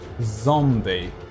zombie